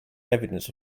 evidence